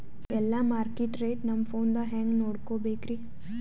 ಎಲ್ಲಾ market rate ನಮ್ ಫೋನದಾಗ ಹೆಂಗ ನೋಡಕೋಬೇಕ್ರಿ?